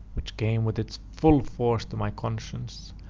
which came with its full force to my conscience,